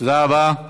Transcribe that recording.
תודה רבה.